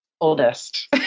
Oldest